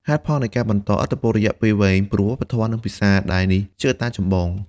ហេតុផលនៃការបន្តឥទ្ធិពលរយៈពេលវែងព្រោះវប្បធម៌ និងភាសា ដែលនេះជាកត្តាចម្បង។